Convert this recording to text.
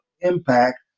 impact